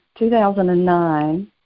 2009